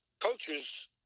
coaches